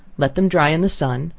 let them dry in the sun,